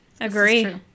Agree